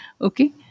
Okay